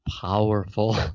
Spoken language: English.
powerful